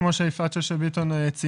כמו שיפעת שאשא ביטון ציינה